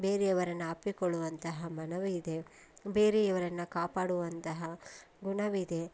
ಬೇರೆಯವರನ್ನು ಅಪ್ಪಿಕೊಳ್ಳುವಂತಹ ಮನವು ಇದೆ ಬೇರೆಯವರನ್ನು ಕಾಪಾಡುವಂತಹ ಗುಣವಿದೆ